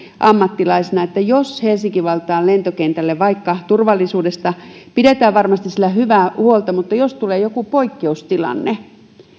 ammattilaisena että jos helsinki vantaan lentokentällä vaikka turvallisuudesta pidetään varmasti siellä hyvää huolta tulee joku poikkeustilanne